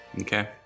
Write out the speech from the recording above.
Okay